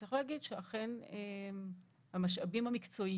צריך לומר שאכן המשאבים המקצועיים,